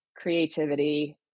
creativity